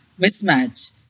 mismatch